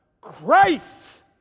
Christ